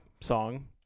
song